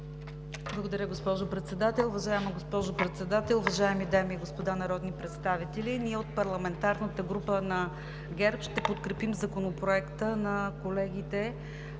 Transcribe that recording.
Благодаря, госпожо Председател. Уважаема госпожо Председател, уважаеми дами и господа народни представители! Ние, от парламентарната група на ГЕРБ, ще подкрепим Законопроекта на колегите